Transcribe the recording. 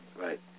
right